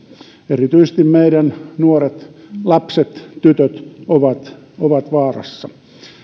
erityisesti meidän nuoret lapset tytöt ovat ovat vaarassa